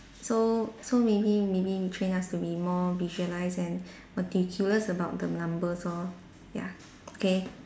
so so maybe maybe they train us to be more visualise and meticulous about the numbers lor ya okay